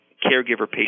caregiver-patient